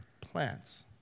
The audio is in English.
plants